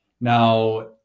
Now